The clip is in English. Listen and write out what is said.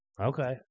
Okay